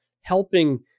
helping